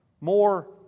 More